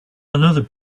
another